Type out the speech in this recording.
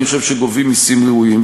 אני חושב שגובים מסים ראויים,